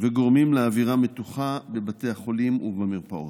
וגורמים לאווירה מתוחה בבתי החולים ובמרפאות.